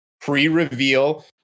pre-reveal